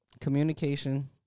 Communication